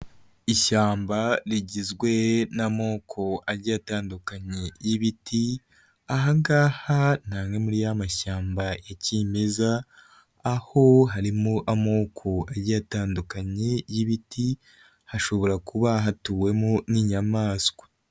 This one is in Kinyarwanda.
Ishyamba rigizwe n'amoko agiye atandukanye y'ibiti, aha ngaha ni hamwe muri ya mashyamba ya kimeza, aho harimo amoko agiye atandukanye y'ibiti, hashobora kuba hatuwemo n'inyamaswa.